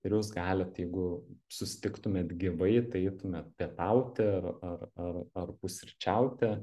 ir jūs galit jeigu susitiktumėt gyvai tai eitumėt pietauti ar ar ar ar pusryčiauti